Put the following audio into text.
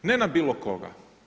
Ne na bilokoga.